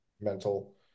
mental